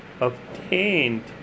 obtained